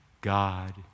God